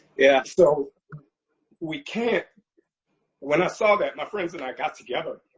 yeah. so we can't when i saw that, my friends and i got together,